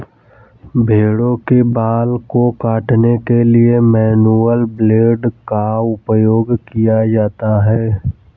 भेड़ों के बाल को काटने के लिए मैनुअल ब्लेड का उपयोग किया जाता है